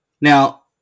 Now